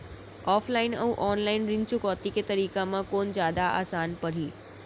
Offline अऊ online ऋण चुकौती के तरीका म कोन जादा आसान परही?